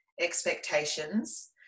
expectations